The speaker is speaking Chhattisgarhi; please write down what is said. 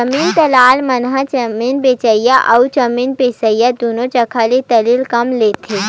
जमीन दलाल मन ह जमीन बेचइया अउ जमीन बिसईया दुनो जघा ले दलाली कमा लेथे